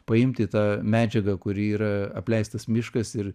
paimti tą medžiagą kuri yra apleistas miškas ir